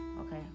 okay